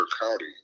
county